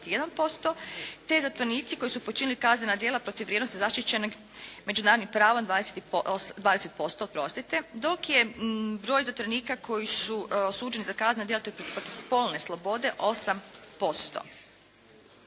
te zatvorenici koji su počinili kaznena djela protiv vrijednosti zaštićenih međunarodnim pravom 20%, dok je broj zatvorenika koji su osuđeni za kazne djela protiv spolne slobode 8%.